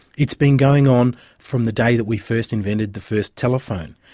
it's been going on from the day that we first invented the first telephone.